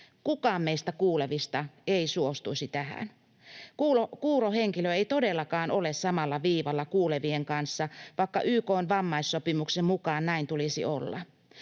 Kukaan meistä kuulevista ei suostuisi tähän. Kuuro henkilö ei todellakaan ole samalla viivalla kuulevien kanssa, vaikka YK:n vammaissopimuksen mukaan näin tulisi olla.